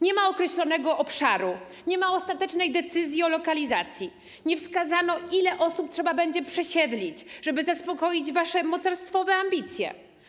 Nie ma określonego obszaru, nie ma ostatecznej decyzji o lokalizacji, nie wskazano, ile osób trzeba będzie przesiedlić, żeby zaspokoić wasze mocarstwowe ambicje.